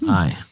aye